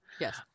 Yes